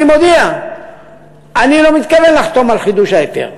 אני מודיע שאני לא מתכוון לחתום על חידוש ההיתר.